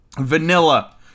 vanilla